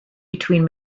between